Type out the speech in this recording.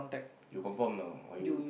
you confirm or not or you